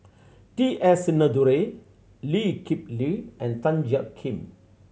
T S Sinnathuray Lee Kip Lee and Tan Jiak Kim